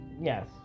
Yes